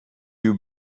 you